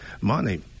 money